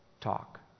Talk